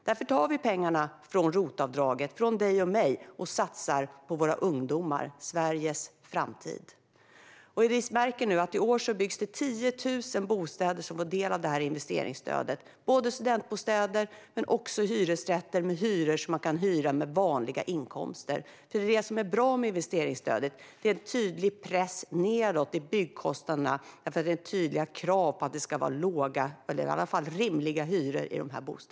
Därför tar vi pengarna från ROT-avdraget, från dig och mig, och satsar på våra ungdomar, Sveriges framtid. I år byggs det 10 000 bostäder som får del av investeringsstödet. Det är både studentbostäder och hyresrätter som folk med vanliga inkomster kan hyra. Investeringsstödet ger en tydlig press nedåt i byggkostnaderna eftersom det ställs tydliga krav på att dessa bostäder ska ha rimliga hyror.